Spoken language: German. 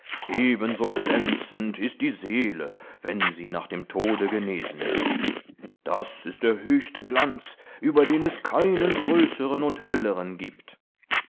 ebenso glänzend ist die seele wenn sie nach dem tode genesen ist das ist der höchste glanz über den es keinen größeren und helleren gibt